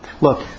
Look